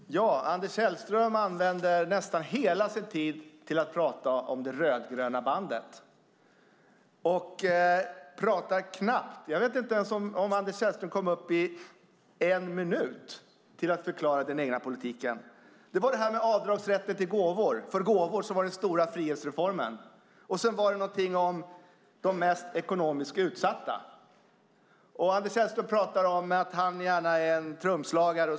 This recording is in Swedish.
Fru talman! Anders Sellström använder nästan hela sin tid åt att prata om det rödgröna bandet. Jag vet inte om han ens använde en hel minut åt att förklara den egna politiken. Det var detta med avdragsrätt för gåvor som var den stora frihetsreformen, och sedan var det något om de mest ekonomiskt utsatta. Anders Sellström pratar om att han gärna är en trumslagare.